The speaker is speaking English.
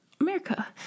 America